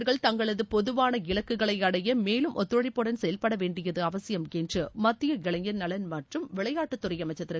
BRICS நாடுகள் தங்களது பொதுவான இலக்குகளை அடைய மேலும் ஒத்துழைப்புடன் செயல்பட வேண்டியது அவசியம் என்று மத்திய இளைஞர் நலன் மற்றும் விளையாட்டுத் துறை அமைச்சர் திரு